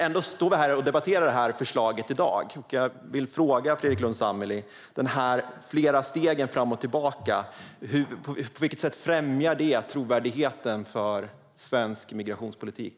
Ändå debatterar vi ett sådant förslag i dag. Jag vill fråga Fredrik Lundh Sammeli om de olika stegen fram och tillbaka. På vilket sätt främjar detta trovärdigheten långsiktigt för svensk migrationspolitik?